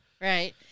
Right